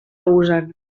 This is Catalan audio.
usen